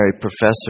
professor